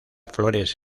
flores